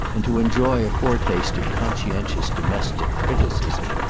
and to enjoy a foretaste of conscientious domestic criticism.